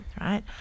right